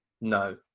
No